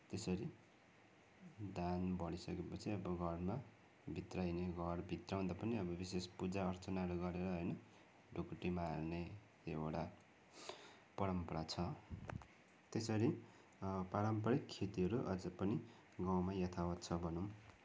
त्यसरी धान भरिसकेपछि अब घरमा भित्राइने अब भित्राउँदा पनि अब विशेष पूजा अर्चनाहरू गरेर होइन ढुकुटीमा हाल्ने एउटा परम्परा छ त्यसरी पारम्परिक खेतिहरू अझै पनि गाउँमा यथावत छभनौँ